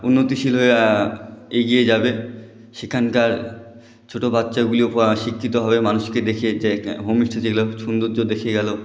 উন্নতিশীল হয়ে এগিয়ে যাবে সেখানকার ছোট বাচ্চাগুলিও শিক্ষিত হবে মানুষকে দেখে যে এক হোমস্টে যেগুলো সৌন্দর্য দেখে গেল